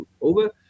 over